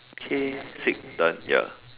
okay sick done ya